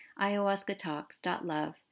ayahuascatalks.love